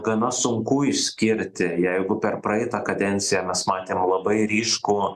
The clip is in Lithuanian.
gana sunku išskirti jeigu per praeitą kadenciją mes matėm labai ryškų